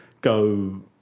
go